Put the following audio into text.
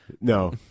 No